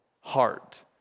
heart